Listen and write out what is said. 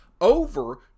over